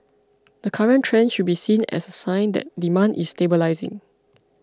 the current trend should be seen as a sign that demand is stabilising